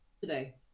today